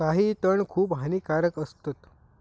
काही तण खूप हानिकारक असतत